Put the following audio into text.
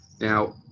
Now